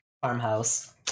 farmhouse